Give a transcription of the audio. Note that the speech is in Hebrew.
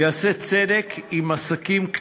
יציג את הצעת החוק סגן שר האוצר מיקי לוי.